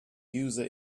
user